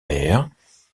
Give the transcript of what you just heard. paires